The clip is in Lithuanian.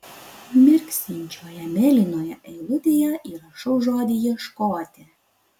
mirksinčioje mėlynoje eilutėje įrašau žodį ieškoti